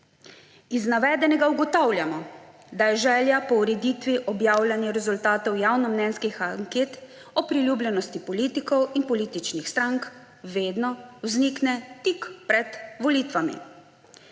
Iz navedenega ugotavljamo, da želja po ureditvi objavljanja rezultatov javnomnenjskih anket o priljubljenosti politikov in političnih strank vedno vznikne tik pred volitvami.